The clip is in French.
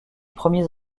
premiers